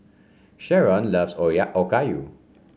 Sherron loves Okayu